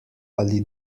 ali